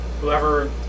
Whoever